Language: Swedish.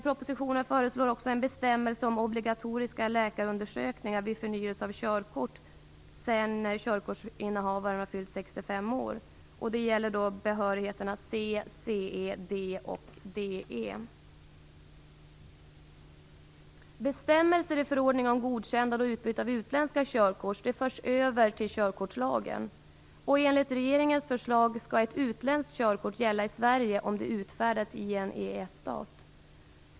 Propositionen föreslår också en bestämmelse om obligatoriska läkarundersökningar vid förnyelse av körkort sedan körkortsinnehavaren har fyllt 65 år. Det gäller då behörigheterna C, CE, D och DE. Bestämmelser i förordningen om godkännande av utbytande av utländska körkort förs över till körkortslagen. Enligt regeringens förslag skall ett utländskt körkort gälla i Sverige, om det är utfärdat i en EES stat.